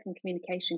communication